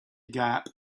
gap